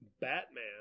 Batman